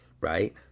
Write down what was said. right